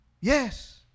Yes